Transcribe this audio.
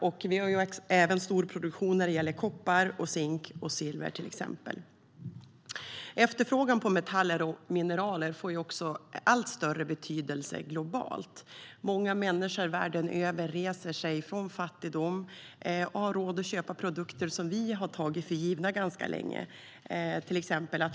Vi har även stor produktion när det gäller till exempel koppar, zink och silver. Efterfrågan på metaller och mineraler får också allt större betydelse globalt. Många människor världen över reser sig ur fattigdom och har råd att köpa produkter som vi har tagit för givna ganska länge.